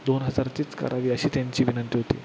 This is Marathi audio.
दोन हजारचीच करावी अशी त्यांची विनंती होती